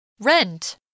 rent